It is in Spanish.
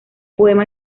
poema